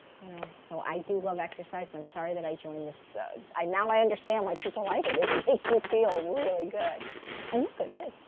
you know so i do love exercise. i'm sorry that i joined this now i understand why people like it. it makes you feel really good and look good, too.